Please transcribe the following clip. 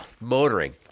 motoring